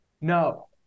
no